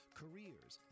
careers